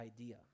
idea